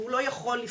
והוא לא יכול לפתור